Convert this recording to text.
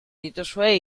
dituzue